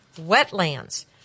Wetlands